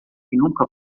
nunca